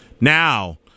Now